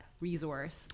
resource